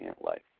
life